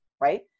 right